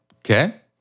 okay